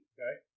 Okay